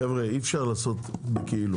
חבר'ה, אי אפשר לעשות בכאילו.